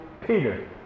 Peter